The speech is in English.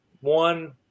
one